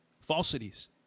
falsities